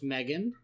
Megan